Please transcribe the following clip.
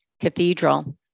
cathedral